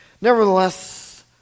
Nevertheless